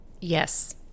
Yes